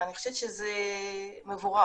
ואני חושבת שזה מבורך.